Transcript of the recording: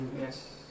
Yes